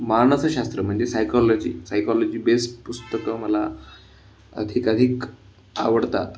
मानसशास्त्र म्हणजे psychology psychology base पुस्तकं मला अधिकाधिक आवडतात